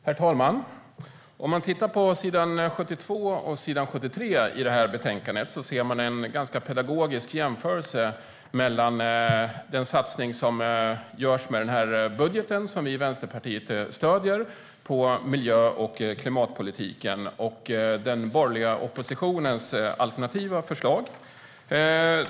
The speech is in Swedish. Herr talman! Om man tittar på s. 72 och s. 73 i betänkandet ser man en ganska bra pedagogisk jämförelse mellan den satsning på miljö och klimatpolitik som görs med den här budgeten, som vi i Vänsterpartiet stöder, och den borgerliga oppositionens alternativa förslag.